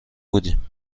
بودیم